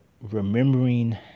remembering